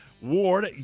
Ward